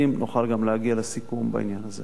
נוכל להגיע לסיכום בעניין הזה,